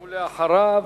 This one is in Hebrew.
אחריו,